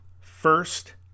first